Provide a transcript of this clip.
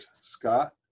Scott